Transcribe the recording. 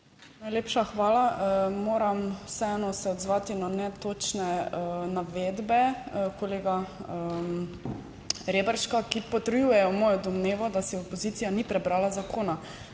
Najlepša hvala. Moram vseeno se odzvati na netočne navedbe kolega Reberška, ki potrjujejo mojo domnevo, da si opozicija ni prebrala zakona.